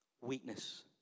weakness